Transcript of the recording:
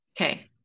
Okay